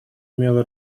умелое